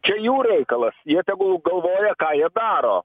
čia jų reikalas jie tegul galvoja ką jie daro